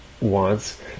wants